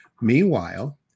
Meanwhile